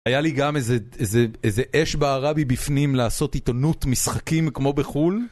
היה לי גם איזה אש בערה בי בפנים לעשות עיתונות משחקים כמו בחו"ל